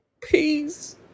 Peace